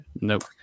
Nope